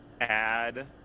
add